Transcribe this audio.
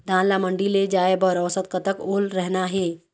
धान ला मंडी ले जाय बर औसत कतक ओल रहना हे?